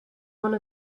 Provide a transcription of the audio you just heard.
one